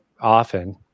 often